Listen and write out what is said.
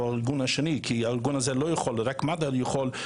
לארגון השני כי הארגון הזה לא יכול לפנות אלא רק מד"א יכול,